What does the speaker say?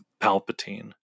Palpatine